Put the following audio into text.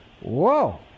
Whoa